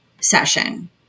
session